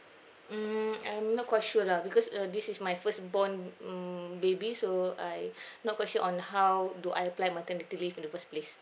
mm I'm not quite sure lah because uh this is my first born mm baby so I not quite sure on how do I apply maternity leave in the first place